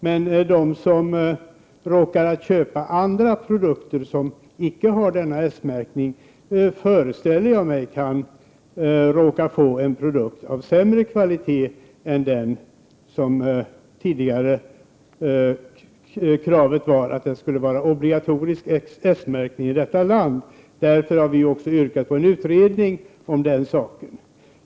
Men de som råkar köpa produkter som inte har denna S-märkning kan, föreställer jag mig, råka få en produkt av sämre kvalitet än som tidigare kunde köpas då S-märkning var obligatorisk i detta land. Därför har vi yrkat att en utredning skall tillsättas för att utreda detta.